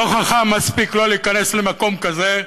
לא חכם מספיק לא להיכנס למקום כזה.